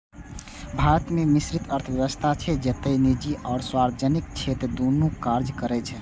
भारत मे मिश्रित अर्थव्यवस्था छै, जतय निजी आ सार्वजनिक क्षेत्र दुनू काज करै छै